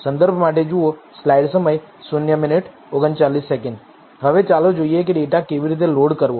હવે ચાલો જોઈએ કે ડેટા કેવી રીતે લોડ કરવો